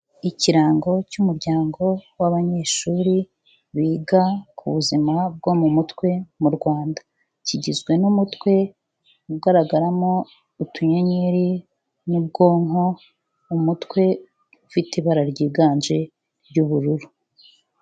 Ikirango cy'umuryango w'abanyeshuri biga ku buzima bwo mu mutwe mu Rwanda. Kigizwe n'umutwe ugaragaramo utuyenyeri n'ubwonko, umutwe ufite ibara ryiganje ry'ubururu.